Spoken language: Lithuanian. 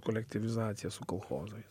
kolektyvizacija su kolchozais